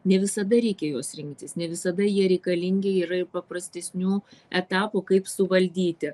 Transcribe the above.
ne visada reikia juos rinktis ne visada jie reikalingi yra ir paprastesnių etapų kaip suvaldyti